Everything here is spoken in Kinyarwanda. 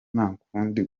ntakundi